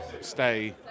stay